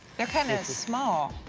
they're kind of small.